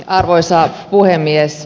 arvoisa puhemies